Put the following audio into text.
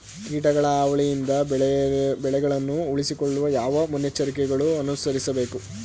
ಕೀಟಗಳ ಹಾವಳಿಯಿಂದ ಬೆಳೆಗಳನ್ನು ಉಳಿಸಿಕೊಳ್ಳಲು ಯಾವ ಮುನ್ನೆಚ್ಚರಿಕೆಗಳನ್ನು ಅನುಸರಿಸಬೇಕು?